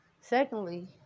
Secondly